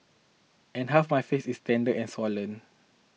and half my face is tender and swollen